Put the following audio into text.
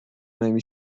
نمی